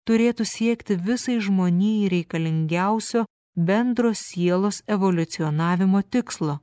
turėtų siekti visai žmonijai reikalingiausio bendro sielos evoliucionavimo tikslo